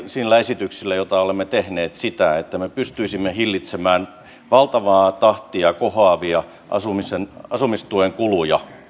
sillä esityksellä jota olemme tehneet me tavoittelemme sitä että me pystyisimme hillitsemään valtavaa tahtia kohoavia asumistuen kuluja jotka